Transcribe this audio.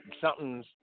something's